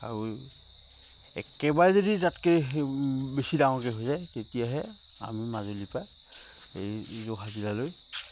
আৰু একেবাৰে যদি তাতকে বেছি ডাঙৰকে হৈ যায় তেতিয়াহে আমি মাজুলীৰ পৰা এই যোৰহাট জিলালৈ